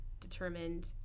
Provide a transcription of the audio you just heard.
determined